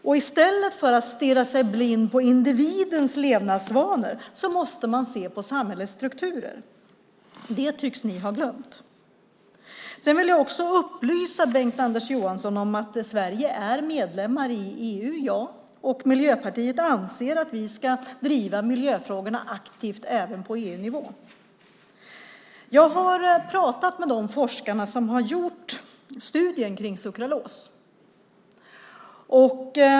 I stället för att stirra sig blind på individens levnadsvanor måste man se på samhällets strukturer. Det tycks ni ha glömt. Jag vill också upplysa Bengt-Anders Johansson om att Sverige är medlem i EU. Miljöpartiet anser att Sverige ska driva miljöfrågorna aktivt även på EU-nivå. Jag har talat med de forskare som har gjort studien om sukralos.